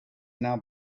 now